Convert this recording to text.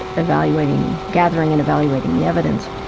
ah evaluating gathering and evaluating the evidence,